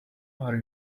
are